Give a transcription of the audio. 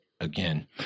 again